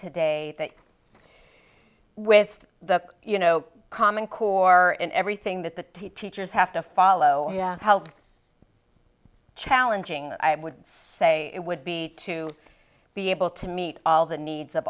today that with the you know common core in everything that the teachers have to follow challenging i would say it would be to be able to meet all the needs of